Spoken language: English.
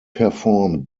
performed